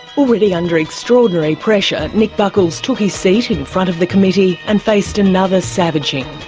already under extraordinary pressure, nick buckles took his seat in front of the committee and faced another savaging.